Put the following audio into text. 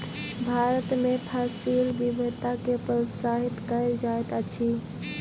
भारत में फसिल विविधता के प्रोत्साहित कयल जाइत अछि